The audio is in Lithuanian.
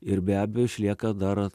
ir be abejo išlieka dar